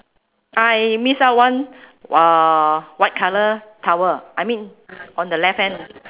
I miss out one uh white colour towel I mean on the left hand